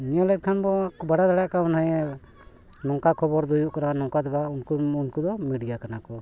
ᱧᱮᱞᱮᱫ ᱠᱷᱟᱱ ᱵᱚ ᱵᱟᱲᱟᱭ ᱫᱟᱲᱮᱭᱟᱜ ᱠᱟᱱᱟ ᱢᱟᱱᱮ ᱱᱚᱝᱠᱟ ᱠᱷᱚᱵᱚᱨ ᱫᱚ ᱦᱩᱭᱩᱜ ᱠᱟᱱᱟ ᱱᱚᱝᱠᱟ ᱫᱚ ᱵᱟᱝ ᱩᱱᱠᱩ ᱩᱱᱠᱩ ᱫᱚ ᱢᱤᱰᱤᱭᱟ ᱠᱟᱱᱟ ᱠᱚ